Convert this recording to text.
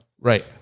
Right